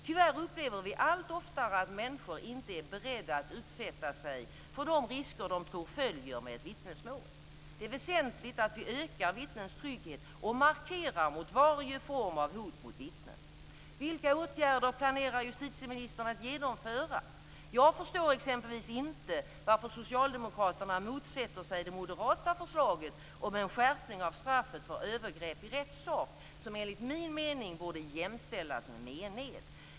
Tyvärr upplever vi allt oftare att människor inte är beredda att utsätta sig för de risker de tror följer med ett vittnesmål. Det är väsentligt att vi ökar vittnens trygghet och markerar mot varje form av hot mot vittnen. Vilka åtgärder planerar justitieministern att genomföra? Jag förstår exempelvis inte varför socialdemokraterna motsätter sig det moderata förslaget om en skärpning av straffet för övergrepp i rättssak, som enligt min mening borde jämställas med mened.